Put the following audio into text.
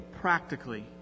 practically